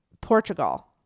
Portugal